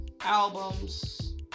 albums